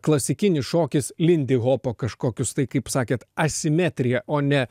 klasikinis šokis lindihopo kažkokius tai kaip sakėt asimetrija o ne